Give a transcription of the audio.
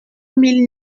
mille